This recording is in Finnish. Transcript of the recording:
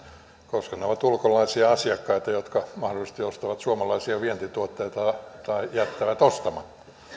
ne ovat ulkomaisia asiakkaita jotka mahdollisesti ostavat suomalaisia vientituotteita tai jättävät ostamatta